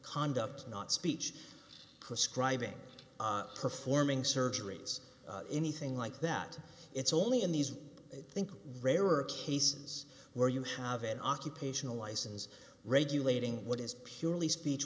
conduct not speech prescribing performing surgeries anything like that it's only in these think rare are cases where you have an occupational license regulating what is purely speech